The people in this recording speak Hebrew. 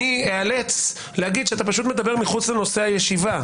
אני אאלץ להגיד שאתה פשוט מדבר מחוץ לנושא הישיבה.